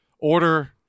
order